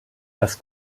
das